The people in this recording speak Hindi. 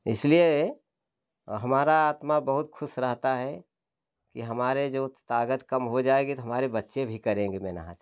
इसलिए हमारा आत्मा बहुत खुश रहता है कि हमारे जो ताकत कम हो जाएगी तो हमारे बच्चे भी करेंगे मेहनत